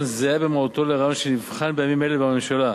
זהה במהותו לרעיון שנבחן בימים אלה בממשלה.